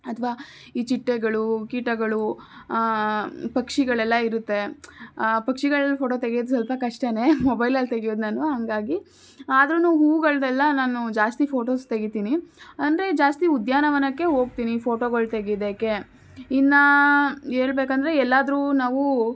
ಅಥವಾ ಈ ಚಿಟ್ಟೆಗಳು ಕೀಟಗಳು ಪಕ್ಷಿಗಳೆಲ್ಲ ಇರುತ್ತೆ ಪಕ್ಷಿಗಳು ಫೋಟೊ ತೆಗಿಯೋದು ಸ್ವಲ್ಪ ಕಷ್ಟನೆ ಮೊಬೈಲಲ್ಲಿ ತೆಗಿಯೋದು ನಾನು ಹಾಗಾಗಿ ಆದರೂನು ಹೂಗಳದ್ದೆಲ್ಲ ನಾನು ಜಾಸ್ತಿ ಫೋಟೋಸ್ ತೆಗಿತೀನಿ ಅಂದರೆ ಜಾಸ್ತಿ ಉದ್ಯಾನವನಕ್ಕೆ ಹೋಗ್ತಿನಿ ಫೋಟೊಗಳು ತೆಗ್ಯೋದಕ್ಕೆ ಇನ್ನೂ ಹೇಳ್ಬೇಕಂದ್ರೆ ಎಲ್ಲಾದರೂ ನಾವು